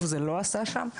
טוב זה לא עשה שם.